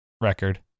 record